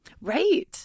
Right